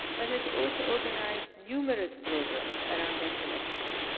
but has also organized numerous programs around that collection.